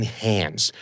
hands